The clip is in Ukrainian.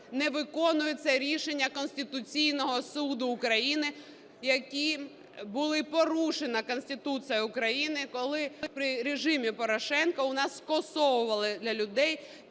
не виконується рішення Конституційного Суду України, яким була порушена Конституція України, коли при режимі Порошенка у нас скасовували для людей